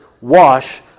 wash